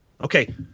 Okay